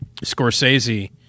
Scorsese